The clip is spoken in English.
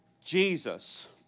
Jesus